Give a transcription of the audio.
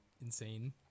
insane